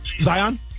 Zion